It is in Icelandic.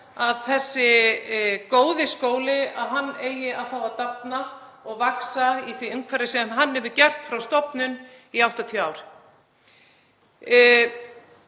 að þessi góði skóli eigi að fá að dafna og vaxa í því umhverfi sem hann hefur gert frá stofnun, í 80 ár.